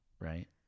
Right